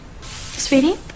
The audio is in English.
sweetie